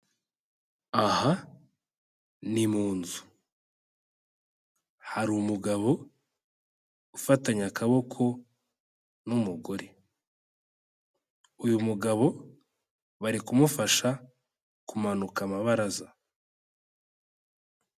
Aha ni mu nzu. Hari umugabo ufatanye akaboko n'umugore. Uyu mugabo bari kumufasha kumanuka amabaraza.